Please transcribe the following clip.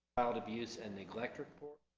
child abuse and neglect report,